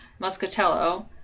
Muscatello